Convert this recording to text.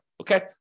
Okay